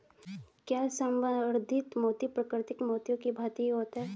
क्या संवर्धित मोती प्राकृतिक मोतियों की भांति ही होता है?